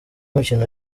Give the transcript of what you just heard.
imikino